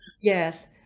yes